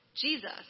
Jesus